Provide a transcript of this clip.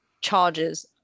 charges